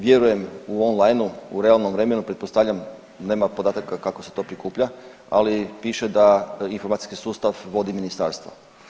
Vjerujem u on linu u realnom vremenu pretpostavljam nema podataka kako se to prikuplja, ali piše da informacijski sustav vodi Ministarstvo.